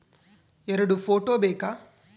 ಎರಡು ಫೋಟೋ ಬೇಕಾ?